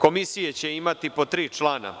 Komisije će imati po tri člana,